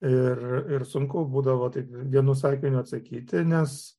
ir ir sunku būdavo taip vienu sakiniu atsakyti nes